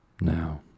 Now